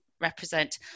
represent